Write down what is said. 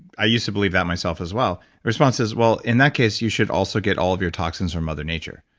i used to believe that myself as well. the response is, well, in that case, you should also get all of your toxins from mother nature.